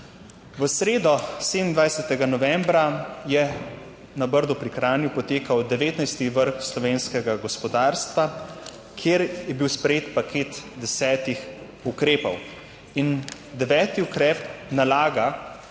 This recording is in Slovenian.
V sredo 27. novembra je na Brdu pri Kranju potekal 19. Vrh slovenskega gospodarstva, kjer je bil sprejet paket desetih ukrepov in deveti ukrep nalaga,